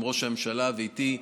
עם ראש הממשלה ואיתי.